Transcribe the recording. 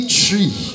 tree